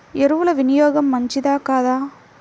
ఎరువుల వినియోగం మంచిదా కాదా?